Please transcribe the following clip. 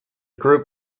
group